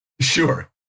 Sure